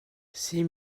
six